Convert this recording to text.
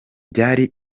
byari